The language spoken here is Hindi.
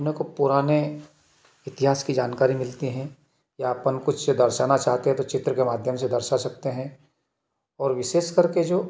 अपने को पुराने इतिहास की जानकारी मिलती है या अपन कुछ दर्शाना चाहते हैं तो चित्र के माध्यम से दर्शा सकते हैं और विशेषकर के जो